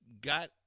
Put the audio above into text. got